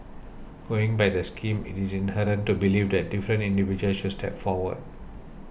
going by the scheme it is inherent to believe that different individuals should step forward